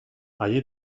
allí